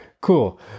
cool